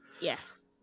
yes